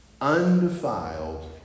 undefiled